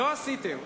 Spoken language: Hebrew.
ולא עשיתם.